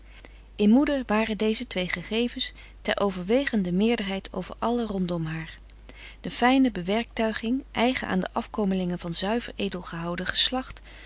in moeder waren deze twee gegevens ter overwegende meerderheid over allen rondom haar de fijne bewerktuiging eigen aan de afkomelinge van zuiver edel gehouden geslacht